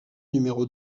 numéro